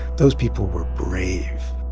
those people were brave